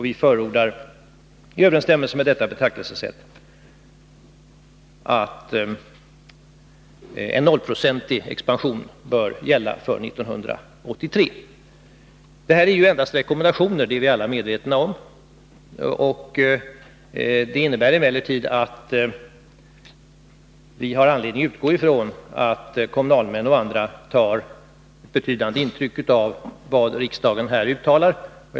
Vi förordar i överensstämmelse med detta betraktelsesätt att en nollprocentig expansion bör gälla för 1983. Detta är endast rekommendationer — det är vi alla medvetna om. Vi har emellertid anledning att utgå ifrån att kommunalmän och andra tar betydande intryck av vad riksdagen uttalar här.